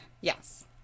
Yes